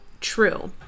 true